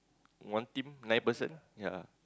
one team nine person yea